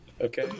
Okay